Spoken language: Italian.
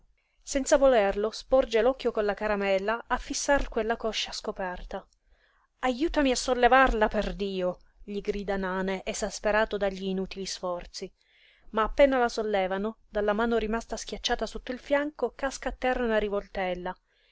senza volerlo sporge l'occhio con la caramella a fissar quella coscia scoperta ajutami a sollevarla perdio gli grida nane esasperato dagli inutili sforzi ma appena la sollevano dalla mano rimasta schiacciata sotto il fianco casca a terra una rivoltella